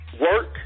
work